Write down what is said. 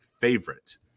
favorite